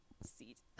seat